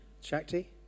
Shakti